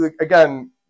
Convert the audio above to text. again